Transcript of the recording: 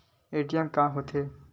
ATM का होथे?